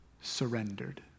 Surrendered